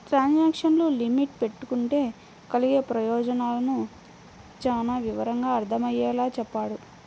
transaction limit పెట్టుకుంటే కలిగే ప్రయోజనాలను చానా వివరంగా అర్థమయ్యేలా చెప్పాడు